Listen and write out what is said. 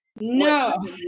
No